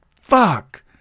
Fuck